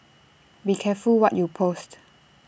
be careful what you post